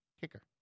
kicker